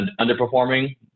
underperforming